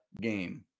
game